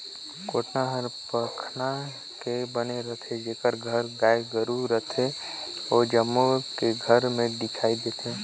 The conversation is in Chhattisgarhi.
कोटना हर पखना के बने रथे, जेखर घर गाय गोरु रथे ओ जम्मो के घर में दिखइ देथे